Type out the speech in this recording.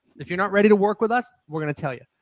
if you're not ready to work with us, we're going to tell you.